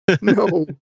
No